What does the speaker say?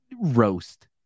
roast